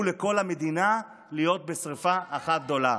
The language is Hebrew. לכל המדינה להיות בשרפה אחת גדולה.